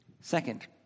Second